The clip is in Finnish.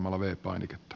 arvoisa puhemies